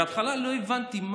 בהתחלה לא הבנתי,